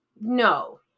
No